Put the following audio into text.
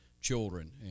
children